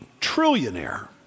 trillionaire